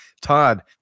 Todd